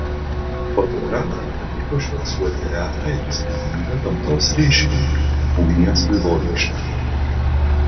fotografei pavyko užfiksuoti retą ir įspūdingą gamtos reiškinį ugnies vaivorykštę